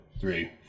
three